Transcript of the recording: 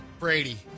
Brady